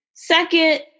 Second